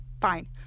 Fine